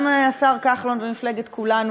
גם השר כחלון ומפלגת כולנו,